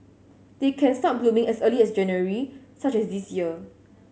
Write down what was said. they can start blooming as early as January such as this year